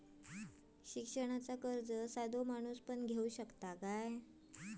शिक्षणाचा कर्ज साधो माणूस घेऊ शकता काय?